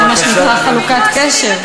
זה מה שנקרא חלוקת קשב.